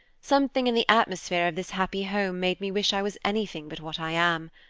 something in the atmosphere of this happy home made me wish i was anything but what i am.